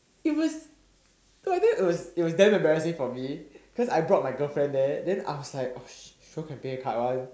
it was cause I think it was it was damn embarrassing for me cause I brought my girlfriend there then I was like oh shit thought can pay card [one]